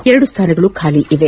ಎರಡು ಸ್ಥಾನಗಳು ಖಾಲಿ ಇವೆ